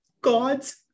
God's